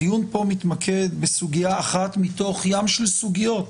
הדיון פה מתמקד בסוגיה אחת מתוך ים של סוגיות.